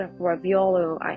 raviolo